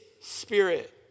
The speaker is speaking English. Spirit